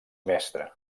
mestre